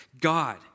God